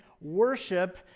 worship